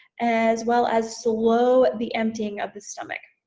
as well as slow the emptying of the stomach.